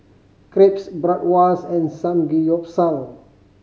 Crepes Bratwurst and Samgeyopsal